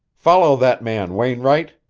follow that man, wainwright,